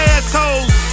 assholes